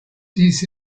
dies